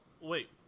wait